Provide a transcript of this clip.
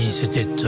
c'était